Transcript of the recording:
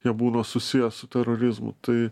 jie būna susiję su terorizmu tai